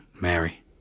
Mary